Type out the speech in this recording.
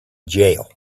jail